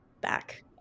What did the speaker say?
back